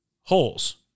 Holes